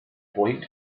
point